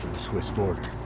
swiss border,